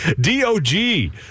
D-O-G